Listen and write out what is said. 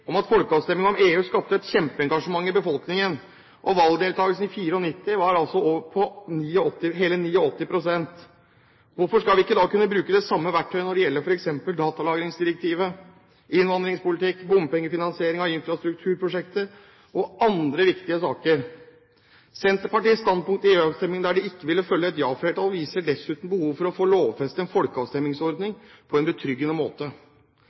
om at folkeavstemningene om EU skapte et kjempeengasjement i befolkningen, og valgdeltakelsen i 1994 var på hele 89 pst. Hvorfor skal vi ikke da kunne bruke det samme verktøyet når det gjelder f.eks. datalagringsdirektivet, innvandringspolitikk, bompengefinansiering av infrastrukturprosjekter og andre viktige saker? Senterpartiets standpunkt i EU-avstemningen, der de ikke ville følge et ja-flertall, viser dessuten behovet for å få lovfestet en folkeavstemningsordning på en betryggende måte.